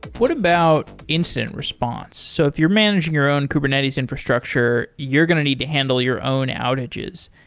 what about incident response? so if you're managing your own kubernetes infrastructure, you're going to need to handle your own outages.